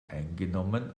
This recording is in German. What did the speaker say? eingenommen